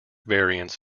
variants